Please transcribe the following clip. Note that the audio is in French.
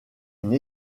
une